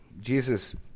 Jesus